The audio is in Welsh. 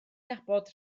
nabod